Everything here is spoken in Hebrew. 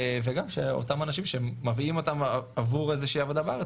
וגם שאותם אנשים שמביאים אותם עבור איזושהי עבודה בארץ,